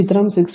ചിത്രം 6